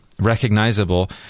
recognizable